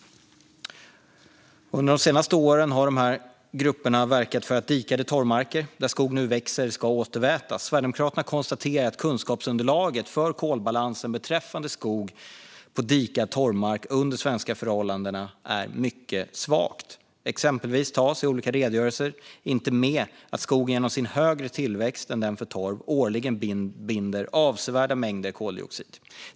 Under de senaste åren har dessa grupper verkat för att dikade torvmarker där skog nu växer ska återvätas. Sverigedemokraterna konstaterar att kunskapsunderlaget för kolbalansen beträffande skog på dikad torvmark under svenska förhållanden är mycket svagt. Exempelvis tas i olika redogörelser inte med att skogen genom sin högre tillväxt jämfört med torv årligen binder avsevärda mängder koldioxid.